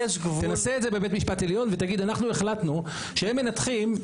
תנסה את זה בבית משפט עליון ותגיד: אנחנו החלטנו שהם מנתחים,